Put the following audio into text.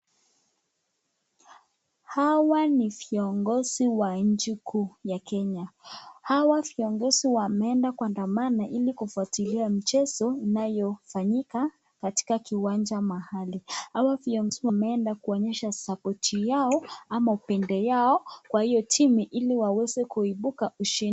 Hawa ni viomgozi wa nchi kuu ya Kenya. Hawa viongozi wameandamana ili kufuatilia michezo inayofanyika katika viwanja maalum. Hawa viongozi wameenda kuonyesha [ Support] yao ama upendo yao kwa hiyo timu ili waweze kuibuka ushindi.